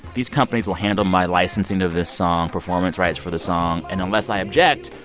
these companies will handle my licensing of this song, performance rights for the song. and unless i object,